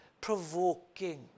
provoking